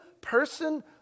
person